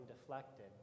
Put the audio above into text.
deflected